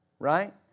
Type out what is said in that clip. Right